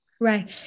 Right